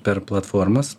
per platformas